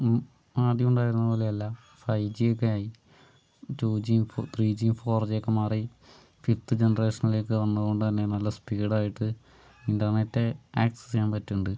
ആദ്യം ഉണ്ടായിരുന്നത് പോലെയല്ല ഫൈവ്ജി ഒക്കെയായി റ്റുജിയും ഫോ ത്രീജി ഫോർജി ഒക്കെ മാറി ഫിഫ്ത് ജനറേഷനിലേക്ക് വന്നതുകൊണ്ട് തന്നെ നല്ല സ്പീഡായിട്ട് ഇൻ്റർനെറ്റ് ആക്സസ് ചെയ്യാൻ പറ്റുണ്ട്